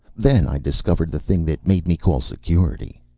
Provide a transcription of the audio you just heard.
then i discovered the thing that made me call security.